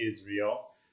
Israel